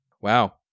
Wow